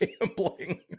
gambling